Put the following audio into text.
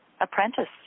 apprentice